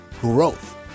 growth